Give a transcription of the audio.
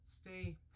stay